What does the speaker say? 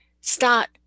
start